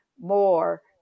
more